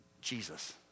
Jesus